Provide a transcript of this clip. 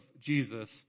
Jesus